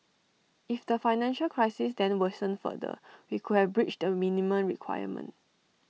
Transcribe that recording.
if the financial crisis then worsened further we could have breached the minimum requirement